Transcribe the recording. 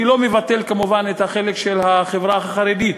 אני לא מבטל, כמובן, את החלק של החברה החרדית,